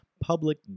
public